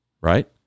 right